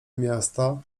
miasta